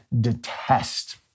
detest